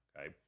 okay